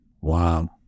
Wow